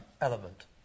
element